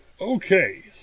Okay